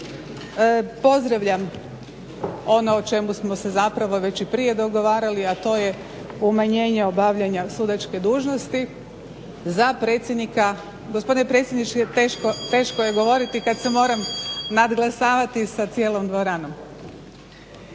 pozdravljam ono o čemu smo se zapravo već i prije dogovarali, a to je umanjenje obavljanja sudačke dužnosti za predsjednika, gospodine predsjedniče teško je govoriti kad se moram nadglasavati sa cijelom dvoranom.